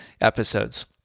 episodes